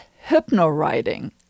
hypno-writing